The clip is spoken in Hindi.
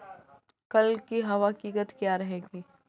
कल की हवा की गति क्या रहेगी?